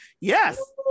Yes